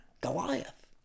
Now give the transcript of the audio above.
Goliath